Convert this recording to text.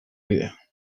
bidea